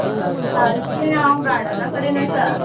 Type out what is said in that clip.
सारकें आंव गार्डना कडेन आसा